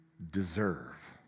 Deserve